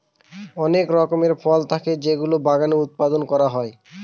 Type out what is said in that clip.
অনেক রকমের ফল থাকে যেগুলো বাগানে উৎপাদন করা হয়